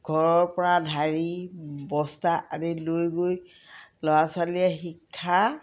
ঘৰৰপৰা ঢাৰি বস্তা আদি লৈ গৈ ল'ৰা ছোৱালীয়ে শিক্ষা